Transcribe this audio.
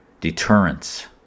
deterrence